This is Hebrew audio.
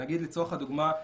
לצורך הדוגמה,